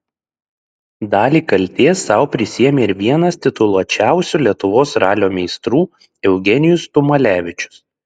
dalį kaltės sau prisiėmė ir vienas tituluočiausių lietuvos ralio meistrų eugenijus tumalevičius